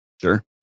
Sure